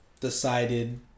decided